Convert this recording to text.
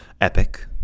epic